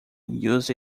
used